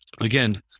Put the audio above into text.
Again